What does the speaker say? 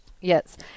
Yes